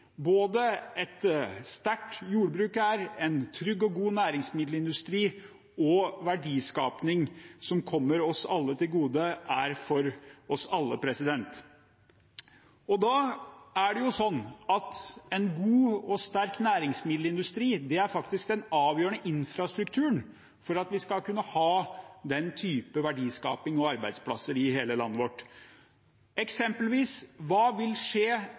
både et sterkt jordbruk og en trygg og god næringsmiddelindustri er – en verdiskaping som kommer oss alle til gode. En god og sterk næringsmiddelindustri er faktisk den avgjørende infrastrukturen for at vi skal kunne ha den type verdiskaping og arbeidsplasser i hele landet vårt. Hva vil eksempelvis skje